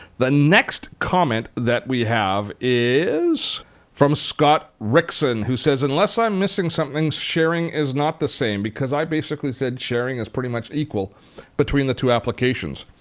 the next comment that we have is from scott rixon who said, unless i'm missing something, sharing is not the same because i basically said that sharing is pretty much equal between the two applications.